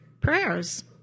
prayers